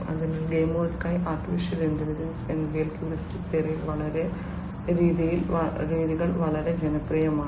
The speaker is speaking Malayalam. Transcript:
അതിനാൽ ഗെയിമുകൾക്കായി AI AI എന്നിവയിൽ ഹ്യൂറിസ്റ്റിക് തിരയൽ രീതികൾ വളരെ ജനപ്രിയമാണ്